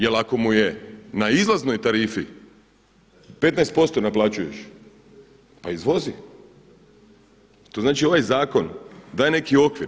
Jer ako mu je na izlaznoj tarifi 15% naplaćuješ pa izvozi. to znači ovaj zakon daje neki okvir.